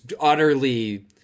utterly